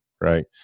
right